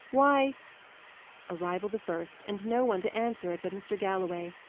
why arrival the first, and no one to answer it but mr. galloway!